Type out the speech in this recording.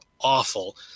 awful